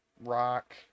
rock